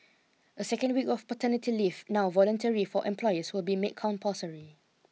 a second week of paternity leave now voluntary for employers will be made compulsory